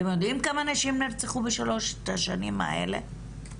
אתם יודעים כמה נשים נרצחו בשלוש השנים האלה?